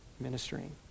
ministering